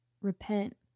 repent